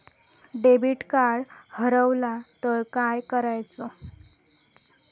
Debit card हरवल तर काय करायच?